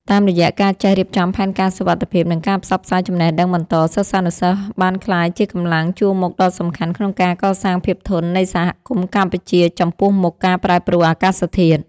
តាមរយៈការចេះរៀបចំផែនការសុវត្ថិភាព និងការផ្សព្វផ្សាយចំណេះដឹងបន្ត សិស្សានុសិស្សបានក្លាយជាកម្លាំងជួរមុខដ៏សំខាន់ក្នុងការកសាងភាពធន់នៃសហគមន៍កម្ពុជាចំពោះមុខការប្រែប្រួលអាកាសធាតុ។